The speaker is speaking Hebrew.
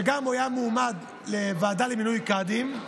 שגם היה מועמד לוועדה למינוי קאדים.